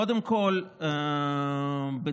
קודם כול, בצדק